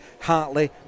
Hartley